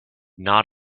not